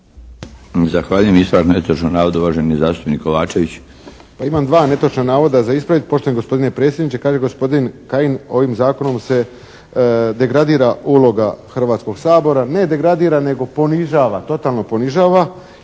Zahvaljujem. Ispravak netočnog navoda, uvaženi zastupnik Kovačević.